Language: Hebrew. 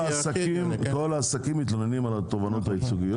כל העסקים מתלוננים על תובענות ייצוגיות.